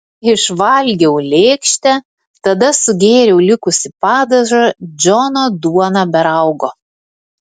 išvalgiau lėkštę tada sugėriau likusį padažą džono duona be raugo